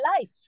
life